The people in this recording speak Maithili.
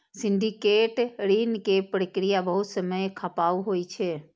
सिंडिकेट ऋण के प्रक्रिया बहुत समय खपाऊ होइ छै